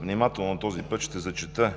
внимателно този път ще зачета